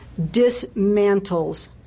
dismantles